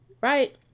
right